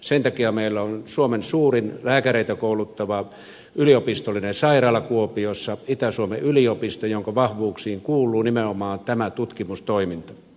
sen takia meillä on suomen suurin lääkäreitä kouluttava yliopistollinen sairaala kuopiossa itä suomen yliopisto jonka vahvuuksiin kuuluu nimenomaan tämä tutkimustoiminta